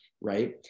right